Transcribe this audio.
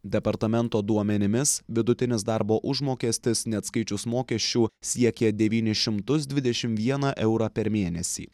departamento duomenimis vidutinis darbo užmokestis neatskaičius mokesčių siekė devynis šimtus dvidešim vieną eurą per mėnesį